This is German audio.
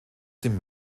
sind